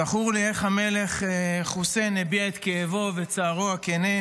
זכור לי איך המלך חוסיין הביע את כאבו ואת צערו הכן,